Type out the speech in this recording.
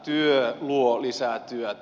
työ luo lisää työtä